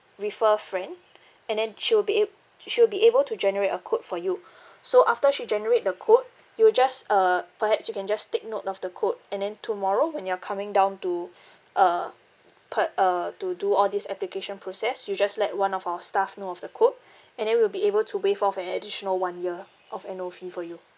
refer friend and then she would be ab~ she would be able to generate a code for you so after she generate the code you will just uh perhaps you can just take note of the code and then tomorrow when you are coming down to uh per~ uh to do all this application process you just let one of our staff know of the code and then we'll be able to waive off an additional one year of annual fee for you